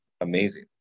amazing